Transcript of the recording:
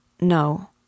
No